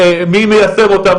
מי מיישם אותה,